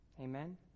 Amen